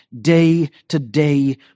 day-to-day